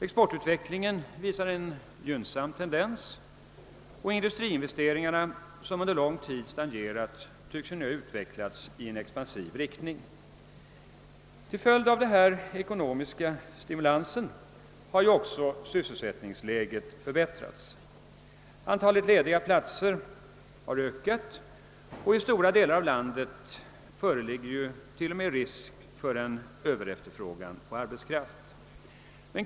Exportutvecklingen visar en gynnsam tendens och industriinvesteringarna, som under lång tid stagnerat, tycks nu ha utvecklats i en expansiv riktning. Till följd av denna ekonomiska stimulans har också sysselsättningsläget förbättrats. Antalet lediga platser har ökat, och i stora delar av landet föreligger t.o.m. en risk för överefterfrågan på arbetskraft.